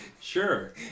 Sure